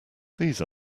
these